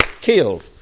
killed